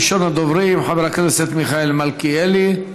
ראשון הדוברים, חבר כנסת מיכאל מלכיאלי,